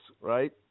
right